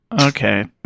Okay